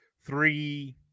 three